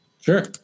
Sure